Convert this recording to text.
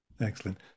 excellent